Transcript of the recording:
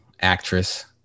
actress